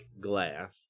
glass